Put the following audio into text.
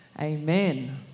Amen